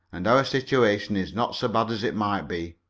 and our situation is not so bad as it might be.